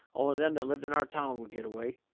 only them that lived in our town would get away.